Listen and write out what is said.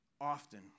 often